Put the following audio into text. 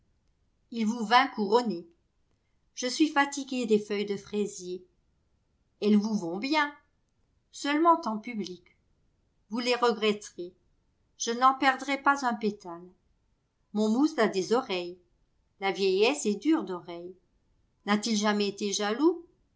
il vous vint couronné je suis fatiguée des feuilles de fraisier elles vous vont bien seulement en public vous les regretterez je n'en perdrai pas un pétale monmouth a des oreilles la vieillesse est dure d'oreille n'a-t-il jamais été jaloux